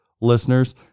listeners